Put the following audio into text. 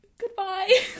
Goodbye